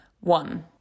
One